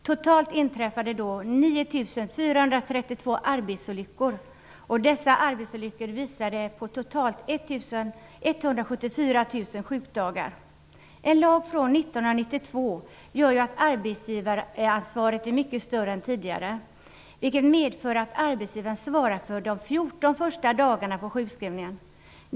Totalt inträffade det 9 432 En lag från 1992 gör att arbetsgivaransvaret är mycket större än tidigare. Det medför att arbetsgivaren svarar för de 14 första dagarna av sjukskrivningen.